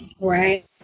Right